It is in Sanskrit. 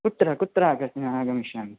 कुत्र कुत्र आगमिष्यामि